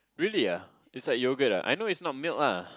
really ah it's like yoghurt ah I know it's not milk ah